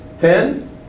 ten